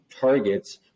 targets